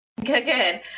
good